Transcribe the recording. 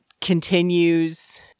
continues